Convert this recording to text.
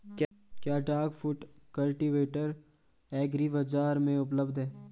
क्या duck foot cultivator agri बाज़ार में उपलब्ध है?